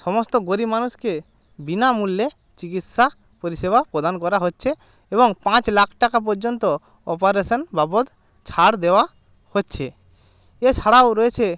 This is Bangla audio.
সমস্ত গরিব মানুষকে বিনামূল্যে চিকিৎসা পরিষেবা প্রদান করা হচ্ছে এবং পাঁচ লাখ টাকা পযন্ত অপারেশান বাবদ ছাড় দেওয়া হচ্ছে এছাড়াও রয়েছে